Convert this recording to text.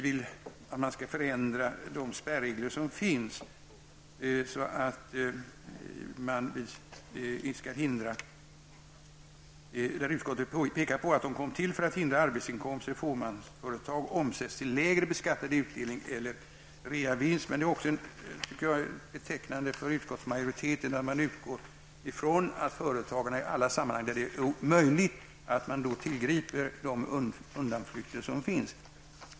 Utskottet pekar på att spärreglerna kom till för att hindra att arbetsinkomster i fåmansföretag omsätts till lägre beskattad utdelning eller reavinst. Det är betecknande för utskottsmajoriteten att den utgår från att företagare i alla sammanhang tillgriper de undanflykter som finns.